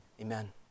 Amen